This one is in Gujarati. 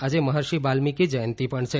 આજે મહર્ષિ વાલ્મિકી જયંતી પણ છે